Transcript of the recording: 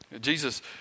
Jesus